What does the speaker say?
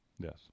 Yes